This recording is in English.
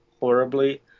horribly